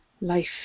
life